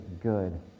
good